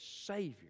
savior